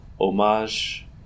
homage